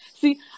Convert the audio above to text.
See